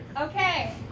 Okay